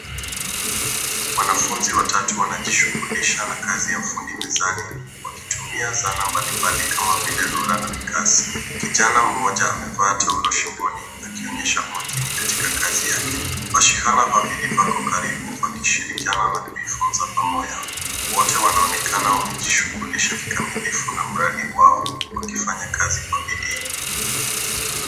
Wanafunzi watatu wanajishughulisha na kazi ya ufundi mezani, wakitumia zana mbalimbali kama vile rula na mikasi. Kijana mmoja amevaa taulo shingoni, akionyesha umakini katika kazi yake. Mashindano ya vilivyoko karibu, wakishirikiana na kuifunza pamoja wote wanaonekana wamejishughulisha kikamilifu na mradi wao, wakifanya kazi kwa bidii.